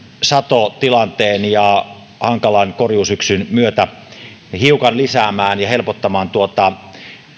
satotilanteen ja hankalan korjuusyksyn osalta hiukan lisäämään ja helpottamaan tuota